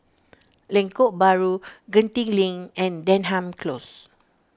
Lengkok Bahru Genting Link and Denham Close